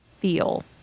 feel